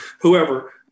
whoever